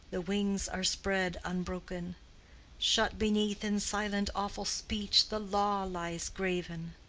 the wings are spread unbroken shut beneath in silent awful speech the law lies graven.